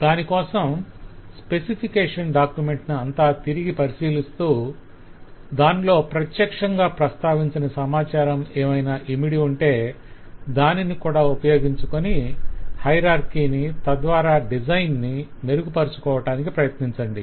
దానికోసం specification document ను అంతా తిరిగి పరిశీలిస్తూ దానిలో ప్రత్యక్షంగా ప్రస్తావించని సమాచారం ఏమైనా ఇమిడి ఉంటే దానిని కూడా ఉపయోగించుకొని హయరార్కిని తద్వారా డిజైన్ ను మెరుగుపరచుకోవటానికి ప్రయత్నించండి